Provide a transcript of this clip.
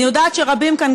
אני יודעת שרבים כאן,